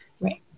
Right